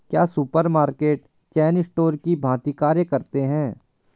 क्या supermarket chain store की भांति कार्य करते हैं?